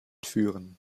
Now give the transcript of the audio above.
führen